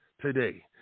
today